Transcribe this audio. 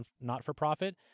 not-for-profit